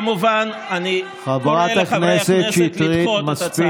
חברת הכנסת שטרית, מספיק.